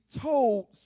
told